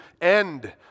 end